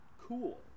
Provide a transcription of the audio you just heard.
cool